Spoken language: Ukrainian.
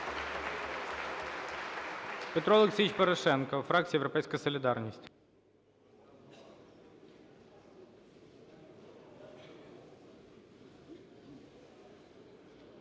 Петро Олексійович Порошенко, фракція "Європейська солідарність".